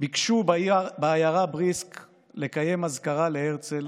ביקשו בעיירה בריסק לקיים אזכרה להרצל